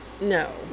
no